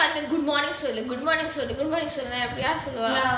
good morning sir good morning sir good morning sir யார் சொல்லுவா:yaar solluva